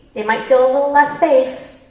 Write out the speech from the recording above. it might feel a little less safe,